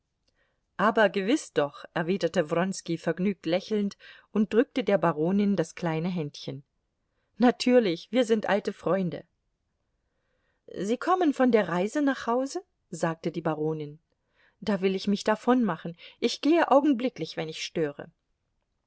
aber gewiß doch erwiderte wronski vergnügt lächelnd und drückte der baronin das kleine händchen natürlich wir sind alte freunde sie kommen von der reise nach hause sagte die baronin da will ich mich davonmachen ich gehe augenblicklich wenn ich störe